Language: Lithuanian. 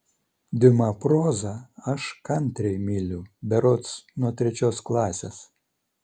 diuma prozą aš kantriai myliu berods nuo trečios klasės